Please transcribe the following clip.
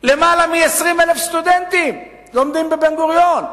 למעלה מ-20,000 סטודנטים לומדים בבן-גוריון,